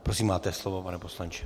Prosím, máte slovo, pane poslanče.